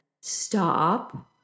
stop